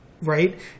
right